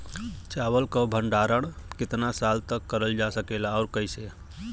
चावल क भण्डारण कितना साल तक करल जा सकेला और कइसे?